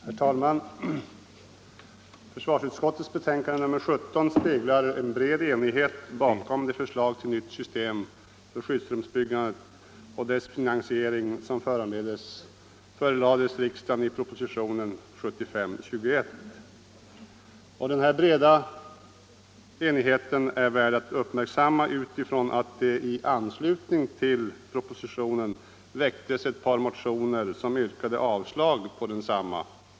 Herr talman! Försvarsutskottets betänkande nr 17 speglar en bred enighet bakom det förslag till nytt system för skyddsrumsbyggandet och dess finansiering som förelades riksdagen i propositionen 21. Den breda enigheten är värd att uppmärksammas, med tanke på att det i anslutning till propositionen väckts ett par motioner som yrkade avslag på propositionen.